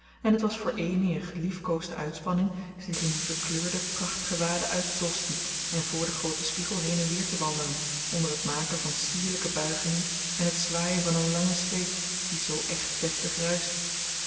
en het was voor amy een geliefkoosde uitspanning zich in die verkleurde prachtgewaden uit te dossen en voor den grooten spiegel heen en weer te wandelen onder het maken van sierlijke buigingen en het zwaaien van een langen sleep die zoo echt deftig